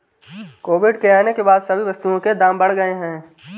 Covid के आने के बाद सभी वस्तुओं के दाम बढ़ गए हैं